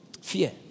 Fear